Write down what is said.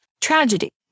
tragedy